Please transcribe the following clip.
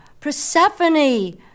Persephone